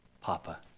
papa